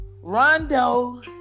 Rondo